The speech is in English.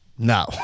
No